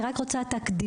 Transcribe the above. אני רק רוצה את הקדימון,